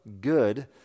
good